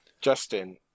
Justin